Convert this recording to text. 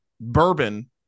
bourbon